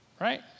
Right